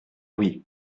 oui